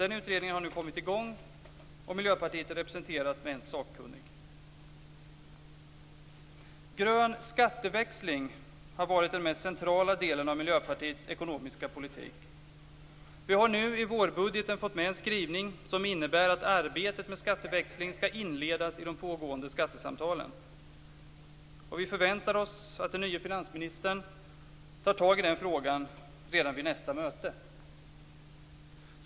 Den utredningen har nu kommit i gång, och Miljöpartiet är representerat med en sakkunnig. Grön skatteväxling har varit den mest centrala delen av Miljöpartiets ekonomiska politik. Och vi förväntar oss att den nye finansministern tar tag i den frågan redan vid nästa möte.